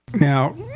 Now